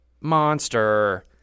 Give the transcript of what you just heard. Monster